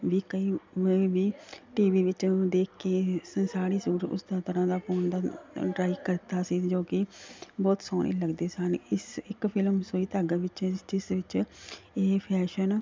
ਵੀ ਕਈ ਮੈਂ ਵੀ ਟੀ ਵੀ ਵਿੱਚ ਦੇਖ ਕੇ ਸ ਸਾੜੀ ਸੂਟ ਉਸ ਤਰ੍ਹਾਂ ਦਾ ਪਾਉਣ ਦਾ ਟ੍ਰਾਈ ਕਰਤਾ ਸੀ ਜੋ ਕਿ ਬਹੁਤ ਸੋਹਣੀ ਲੱਗਦੇ ਸਨ ਇਸ ਇੱਕ ਫਿਲਮ ਸੂਈ ਧਾਗਾ ਵਿੱਚ ਜਿਸ ਵਿੱਚ ਇਹ ਫੈਸ਼ਨ